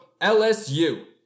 LSU